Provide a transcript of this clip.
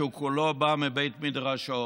שכולו בא מבית מדרשו.